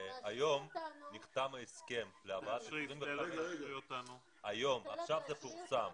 היום נחתם ההסכם להבאת עובדים, עכשיו זה פורסם,